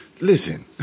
Listen